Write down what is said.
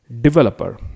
Developer